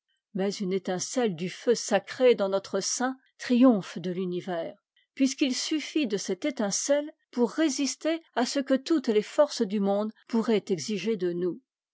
mais une étince e du feu sacré dans notre sein triomphe de l'univers puisqu'il suffit de cette étincelle pour résister à ce que toutes les forces du monde pourraient exiger de nous